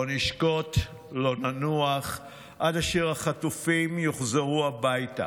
לא נשקוט, לא ננוח עד אשר החטופים יוחזרו הביתה.